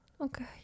Okay